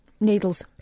Needles